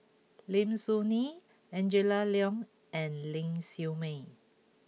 Lim Soo Ngee Angela Liong and Ling Siew May